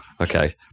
okay